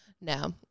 No